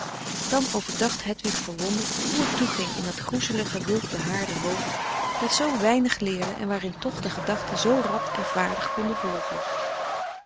dan overdacht hedwig verwonderd hoe het toeging in dat groezelige wild behaarde hoofd dat zoo weinig leerde en waarin toch de gedachten zoo rad en vaardig konden volgen